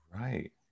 Right